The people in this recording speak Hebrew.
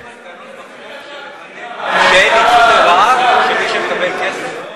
יש בחוק מנגנון שמבטיח שאין ניצול לרעה של מי שמקבל כסף?